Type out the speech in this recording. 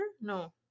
No